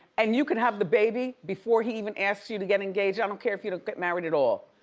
and you can have the baby before he even asks you to get engaged, i don't care if you don't get married at all.